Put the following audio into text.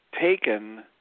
taken